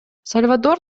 сальвадор